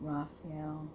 Raphael